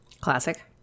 classic